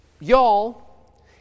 Y'all